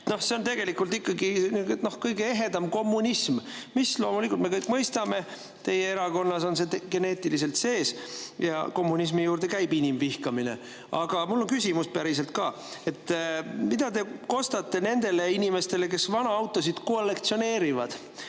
jala. See on tegelikult ikkagi kõige ehedam kommunism. Me loomulikult kõik mõistame, et teie erakonnas on see geneetiliselt sees, ja kommunismi juurde käib inimvihkamine. Aga mul on päriselt ka küsimus. Mida te kostate nendele inimestele, kes vanu autosid kollektsioneerivad